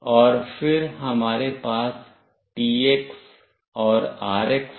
और फिर हमारे पास TX और RX है